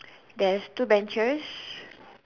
there's two benches